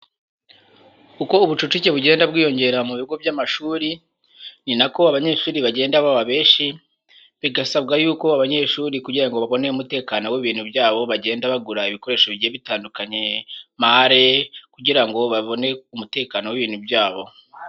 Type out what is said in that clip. Uko ubucucike bugenda bwiyongera mu bigo by'amashuri, ni nako abanyeshuri bagenda baba benshi. Bigasabwa y'uko abanyeshuri kugira ngo babone umutekano w'ibintu byabo bagenda bagura ibikoresho bijye bitandukanye, mare kugira ngo babone umutekano w'ibintu byabo.